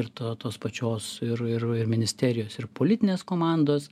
ir to tos pačios ir ir ministerijos ir politinės komandos